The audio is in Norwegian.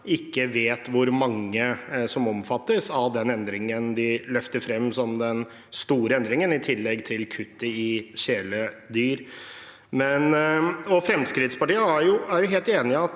ikke vet hvor mange som omfattes av den endringen man løfter fram som den store endringen, i tillegg til kuttet med tanke på kjæledyr. Fremskrittspartiet er helt enig i at